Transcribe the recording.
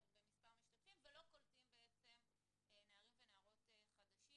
במספר משתתפים ולא קולטים נערים ונערות חדשים.